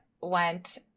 went